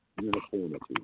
uniformity